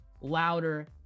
Louder